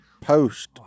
post